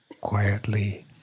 quietly